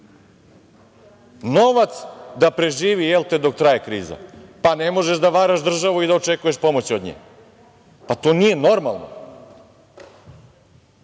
novac da preživi, jelte, dok traje krza. Ne možeš da varaš državu i da očekuješ pomoć od nje. To nije normalno. Da